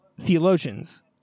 theologians